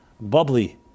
bubbly